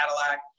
Cadillac